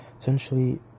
Essentially